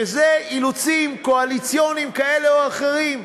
שזה אילוצים קואליציוניים כאלה או אחרים,